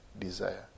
desire